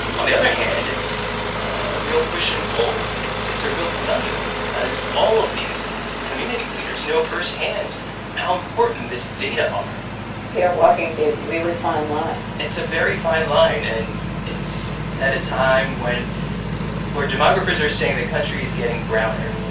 on the other hand, it's a real push and pull. it's it's a real conundrum because all of these community leaders know firsthand how important this data are so you're walking a really fine line it's a very fine line. and it's at a time when where demographers are saying the country is getting browner.